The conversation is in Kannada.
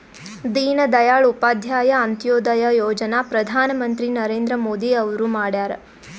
ದೀನ ದಯಾಳ್ ಉಪಾಧ್ಯಾಯ ಅಂತ್ಯೋದಯ ಯೋಜನಾ ಪ್ರಧಾನ್ ಮಂತ್ರಿ ನರೇಂದ್ರ ಮೋದಿ ಅವ್ರು ಮಾಡ್ಯಾರ್